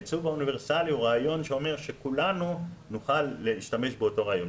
העיצוב האוניברסלי הוא רעיון שאומר שכולנו נוכל להשתמש באותו רעיון.